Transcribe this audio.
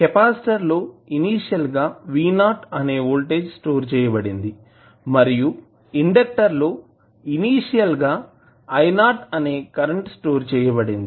capacitor లో initial గా V0 అనే వోల్టేజ్ స్టోర్ చేయబడింది మరియు ఇండెక్టర్ లో ఇనీషియల్ గా I0 అనే కరెంట్ స్టోర్ చేయబడింది